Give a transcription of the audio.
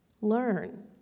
learn